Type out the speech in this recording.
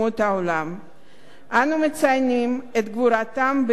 אנו מציינים את גבורתם ביום השואה והגבורה.